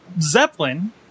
zeppelin